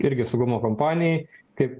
irgi saugumo kompanijai kaip